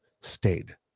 stayed